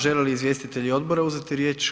Žele li izvjestitelji odbora uzeti riječ?